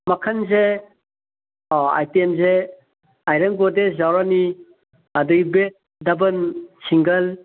ꯃꯈꯟꯁꯦ ꯑꯣ ꯑꯥꯏꯇꯦꯝꯁꯦ ꯑꯥꯏꯔꯟ ꯒꯣꯗ꯭ꯔꯦꯖ ꯌꯥꯎꯔꯅꯤ ꯑꯗꯩ ꯕꯦꯠ ꯗꯕꯜ ꯁꯤꯡꯒꯜ